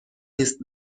نیست